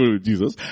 Jesus